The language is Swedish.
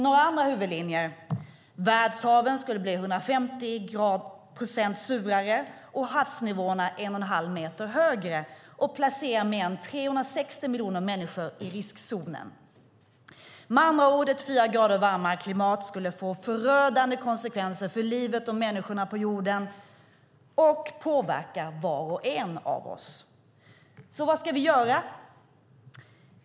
Några andra huvudlinjer: Världshaven skulle bli 150 procent surare och havsnivåerna en och en halv meter högre och placera mer än 360 miljoner människor i riskzonen. Med andra ord: Ett fyra grader varmare klimat skulle få förödande konsekvenser för livet och människorna på jorden och påverka var och en av oss. Vad ska vi göra?